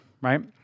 right